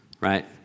right